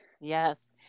Yes